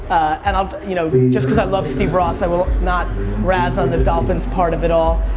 and um you know just cause i love steve ross i will not razz on the dolphins part of it all,